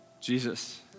Jesus